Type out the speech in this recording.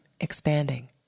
expanding